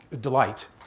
delight